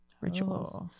rituals